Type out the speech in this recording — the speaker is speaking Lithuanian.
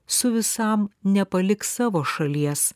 su visam nepaliks savo šalies